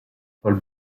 paul